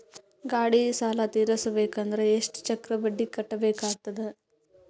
ಗಾಡಿ ಸಾಲ ತಿರಸಬೇಕಂದರ ಎಷ್ಟ ಚಕ್ರ ಬಡ್ಡಿ ಕಟ್ಟಬೇಕಾಗತದ?